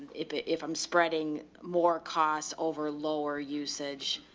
if if i'm spreading more costs over lower usage,